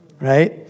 right